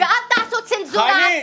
ואל תעשו צנזורה עצמית.